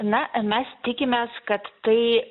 na mes tikimės kad tai